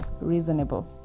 reasonable